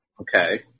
Okay